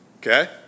Okay